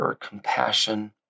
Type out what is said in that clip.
compassion